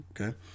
okay